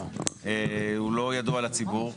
הוא לא ידוע לציבור,